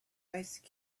ice